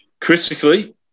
Critically